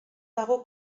dago